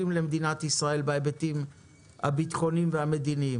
למדינת ישראל מבחינה מדינית וביטחונית.